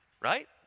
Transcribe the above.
right